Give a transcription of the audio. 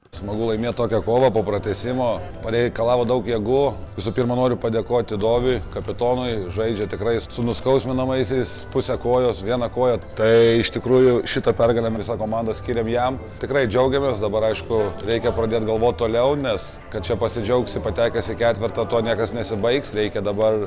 smagu laimėt tokią kovą po pratęsimo pareikalavo daug jėgų visų pirma noriu padėkoti doviui kapitonui žaidžia tikrai su nuskausminamaisiais pusė kojos vieną koją tai iš tikrųjų šitą pergalę visa komanda skiriame jam tikrai džiaugiamės dabar aišku reikia pradėt galvot toliau nes kad čia pasidžiaugsi patekęs į ketvertą tuo niekas nesibaigs reikia dabar